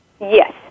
Yes